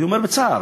אני אומר בצער,